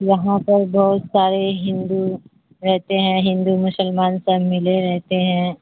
وہاں پر بہت سارے ہندو رہتے ہیں ہندو مسلمان سب ملے رہتے ہیں